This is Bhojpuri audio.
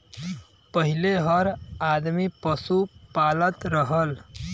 पहिले हर आदमी पसु पालत रहल